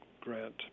grant